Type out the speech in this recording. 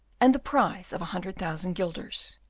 and the prize of a hundred thousand guilders.